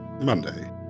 Monday